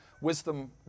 wisdom